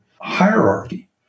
hierarchy